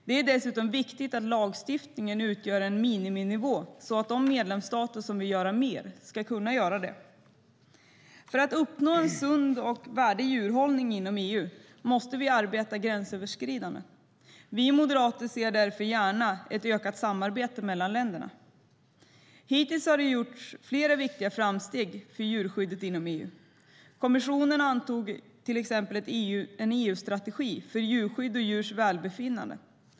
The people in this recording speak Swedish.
Det är dessutom viktigt att lagstiftningen utgör en miniminivå så att de medlemsstater som vill göra mer ska kunna göra det. För att uppnå en sund och värdig djurhållning inom EU måste vi arbeta gränsöverskridande. Vi moderater ser därför gärna ett ökat samarbete mellan länderna. Hittills har det gjorts flera viktiga framsteg för djurskyddet inom EU. Kommissionen antog till exempel en EU-strategi för djurskydd och djurs välbefinnande.